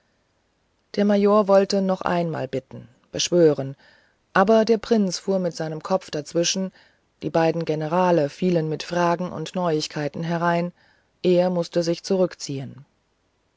der major wollte noch einmal bitten beschwören aber der prinz fuhr mit seinem kopf dazwischen die beiden generale fielen mit fragen und neuigkeiten herein er mußte sich zurückziehen